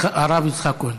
הרב יצחק כהן.